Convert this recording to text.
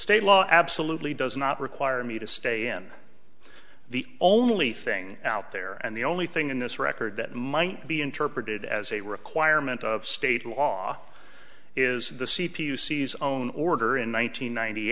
state law absolutely does not require me to stay in the only thing out there and the only thing in this record that might be interpreted as a requirement of state law is the c p u sees own order in one nine